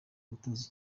gutoza